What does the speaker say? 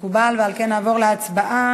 מקובל, ועל כן נעבור להצבעה.